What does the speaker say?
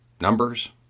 numbers